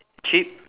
cheap